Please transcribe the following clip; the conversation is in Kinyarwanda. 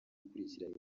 gukurikirana